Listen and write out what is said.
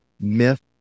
myth